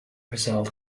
result